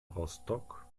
rostock